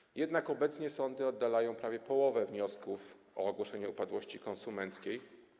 Obecnie jednak sądy oddalają prawie połowę wniosków o ogłoszenie upadłości konsumenckiej.